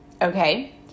okay